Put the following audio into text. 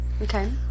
Okay